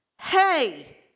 hey